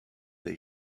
they